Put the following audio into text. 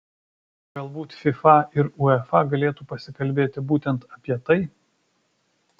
galbūt fifa ir uefa galėtų pasikalbėti būtent apie tai